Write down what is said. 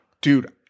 Dude